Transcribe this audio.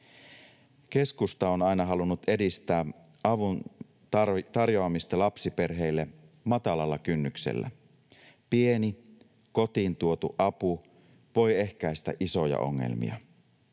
Keskusta on aina halunnut edistää avun tarjoamista lapsiperheille matalalla kynnyksellä. Pieni kotiin tuotu apu voi ehkäistä isoja ongelmia.